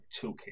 toolkit